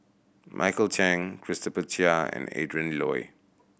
Michael Chiang Christopher Chia and Adrin Loi